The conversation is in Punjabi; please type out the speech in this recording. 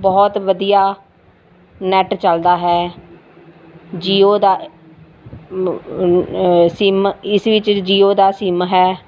ਬਹੁਤ ਵਧੀਆ ਨੈੱਟ ਚੱਲਦਾ ਹੈ ਜੀਓ ਦਾ ਮ ਮ ਸਿੰਮ ਇਸ ਵਿੱਚ ਜੀਓ ਦਾ ਸਿੰਮ ਹੈ